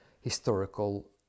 historical